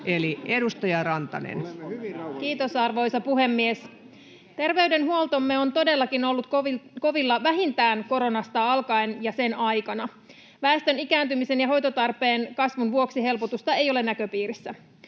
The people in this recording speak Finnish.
Kiitos, arvoisa puhemies! — Terveydenhuoltomme on todellakin ollut kovilla vähintään koronasta alkaen ja sen aikana. Väestön ikääntymisen ja hoitotarpeen kasvun vuoksi helpotusta ei ole näköpiirissä.